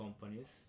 companies